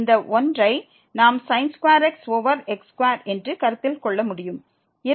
இந்த 1 ஐ நாம் x ஓவர் x2 என்று கருத்தில் கொள்ள முடியும்